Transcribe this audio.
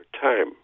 time